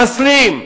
מחסלים.